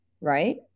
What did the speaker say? right